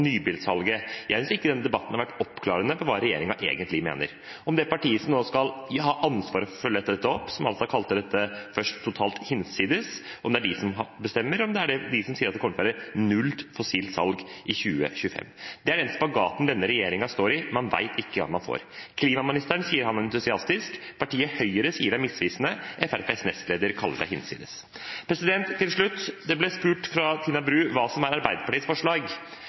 nybilsalget: Jeg synes ikke denne debatten har vært oppklarende når det gjelder hva regjeringen egentlig mener, om det partiet som nå skal ha ansvaret for å følge dette opp, er det partiet som først kalte dette totalt hinsides – om det er de som bestemmer, eller om det er de som kommer til å si at det kommer til å være null salg av fossilbiler i 2025. Det er den spagaten denne regjeringen står i. Man vet ikke hva man får. Klimaministeren sier han er entusiastisk, partiet Høyre sier det er misvisende, Fremskrittspartiets nestleder kaller det hinsides. Til slutt: Det ble spurt fra Tina Bru hva som er Arbeiderpartiets forslag.